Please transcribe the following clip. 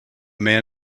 man